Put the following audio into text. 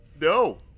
no